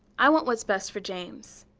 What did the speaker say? i want what's best for james,